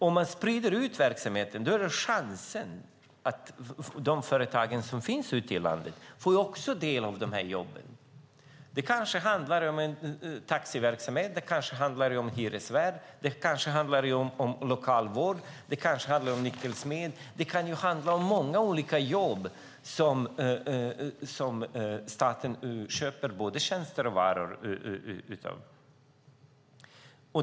Om man sprider ut verksamheten får de företag som finns ute i landet också chansen att ta del av dessa jobb. Det handlar kanske om taxiverksamhet, hyresverksamhet, lokalvård eller låssmedsverksamhet. Det kan handla om många olika företag som staten köper tjänster och varor av.